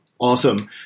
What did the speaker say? Awesome